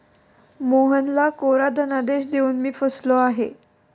मोहनला कोरा धनादेश देऊन मी फसलो आहे